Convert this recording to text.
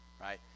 right